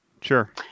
Sure